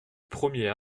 premier